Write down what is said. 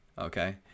okay